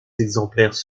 exemplaires